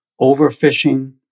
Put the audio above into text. overfishing